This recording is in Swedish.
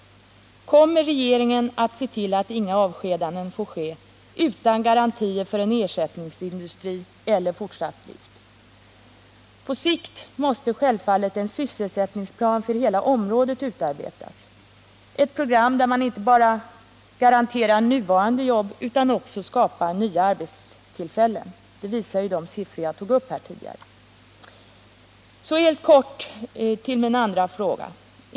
Kommer arbetsmarknadsministern och regeringen att se till att inga avskedanden får ske utan garantier för en ersättningsindustri eller fortsatt drift? På sikt måste självfallet en sysselsättningsplan för hela området utarbetas — ett program där man inte bara garanterar nuvarande jobb utan också skapar nya arbetstillfällen. Det visar de siffror jag anförde här tidigare. Så helt kort över till min andra fråga.